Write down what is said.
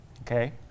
Okay